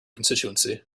constituency